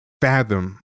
fathom